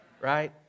right